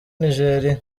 nigeria